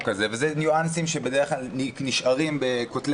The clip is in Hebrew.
ואלה ניואנסים שבדרך כלל נשארים בין כותלי